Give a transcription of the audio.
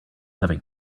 having